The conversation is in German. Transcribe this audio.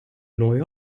neue